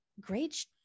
great